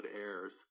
airs